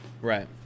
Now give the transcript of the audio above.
right